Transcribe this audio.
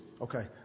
Okay